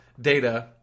data